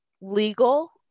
legal